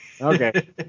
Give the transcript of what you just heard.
Okay